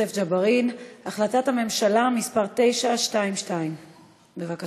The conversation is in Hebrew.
יוסף ג'בארין: החלטת הממשלה מס' 922. בבקשה.